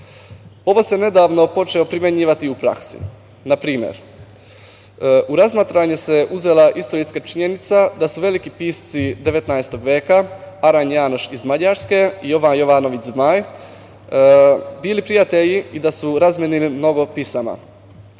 se nedavno počelo primenjivati i u praksi. Na primer, u razmatranje se uzela istorijska činjenica da su veliki pisci 19. veka Aran Janoš iz Mađarske i Jovan Jovanović Zmaj bili prijatelji i da su razmenili mnogo pisama.